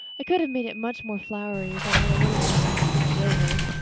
i could have made it much more flowery if i'd had a little more time to think it over.